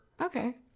Okay